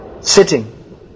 Sitting